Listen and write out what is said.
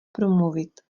promluvit